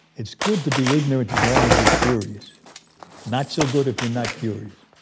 it's good to be ignorant as long as you're curious not so good if you're not curious.